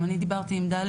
גם אני דיברתי עם ד',